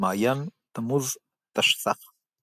המעיין, תמוז תשס"ח